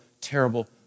terrible